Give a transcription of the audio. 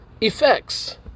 Effects